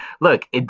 Look